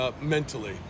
mentally